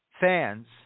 fans